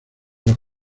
los